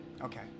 okay